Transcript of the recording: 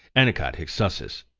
enecat hic succis,